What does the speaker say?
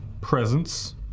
presence